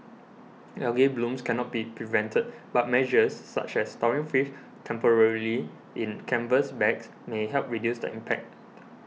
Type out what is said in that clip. algal blooms cannot be prevented but measures such as storing fish temporarily in canvas bags may help reduce the impact